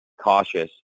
cautious